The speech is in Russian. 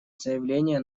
заявления